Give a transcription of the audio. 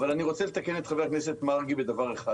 אבל אני רוצה לתקן את חבר הכנסת מרגי בדבר אחד: